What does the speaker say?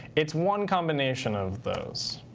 it's one combination of those.